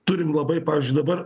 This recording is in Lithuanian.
turim labai pavyzdžiui dabar